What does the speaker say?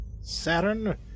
Saturn